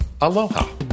aloha